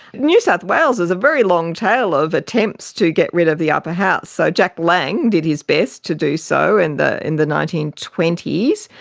new south wales has a very long tale of attempts to get rid of the upper house. so jack lang did his best to do so and in the nineteen twenty s,